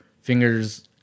fingers